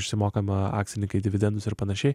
išsimokama akcininkai dividendus ir panašiai